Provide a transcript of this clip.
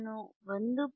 ನಾನು 1